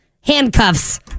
handcuffs